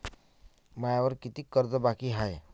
मायावर कितीक कर्ज बाकी हाय?